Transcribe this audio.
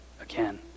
again